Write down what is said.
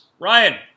Ryan